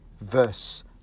verse